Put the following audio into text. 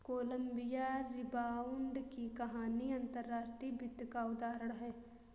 Colombia rebound की कहानी अंतर्राष्ट्रीय वित्त का उदाहरण है